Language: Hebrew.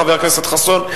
חבר הכנסת חסון,